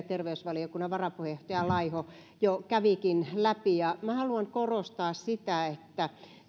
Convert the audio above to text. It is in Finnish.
terveysvaliokunnan varapuheenjohtaja laiho jo kävikin läpi minä haluan korostaa sitä että